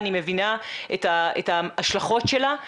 אני גם מבינה את ההשלכות שלה.